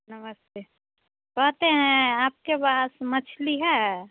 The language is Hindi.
नमस्ते कहते हैं आपके पास मछली है